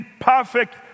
perfect